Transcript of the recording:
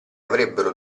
avrebbero